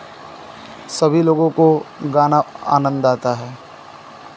सभी लोगों को गाना आनंद आता है